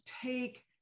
take